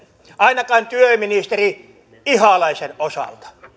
ainakaan työministeri ihalaisen osalta